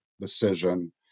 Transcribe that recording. decision